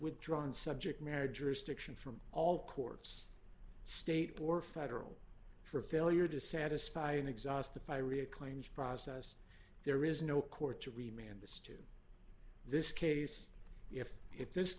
withdrawn subject marriage or stiction from all courts state or federal for failure to satisfy an exhausted by real claims process there is no court to remain in this this case if if this